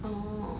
orh